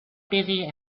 busy